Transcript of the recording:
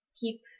keep